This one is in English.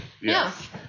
Yes